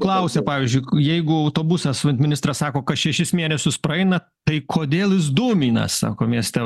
klausia pavyzdžiui jeigu autobusas vat ministras sako kas šešis mėnesius praeina tai kodėl jis dūmina sako mieste